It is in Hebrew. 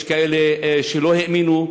יש כאלה שלא האמינו,